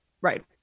Right